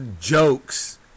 jokes